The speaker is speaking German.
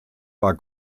war